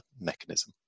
mechanism